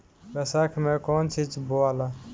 बैसाख मे कौन चीज बोवाला?